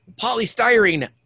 Polystyrene